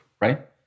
right